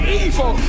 evil